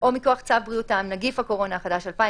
או מכוח צו בריאות העם (נגיף הקורונה החדש 2019)